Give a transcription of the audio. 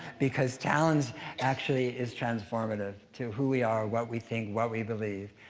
because challenge actually is transformative to who we are, what we think, what we believe,